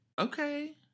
okay